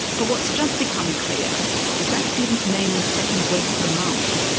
but what's just become clear is that didn't mean the second week of the month.